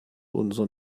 unser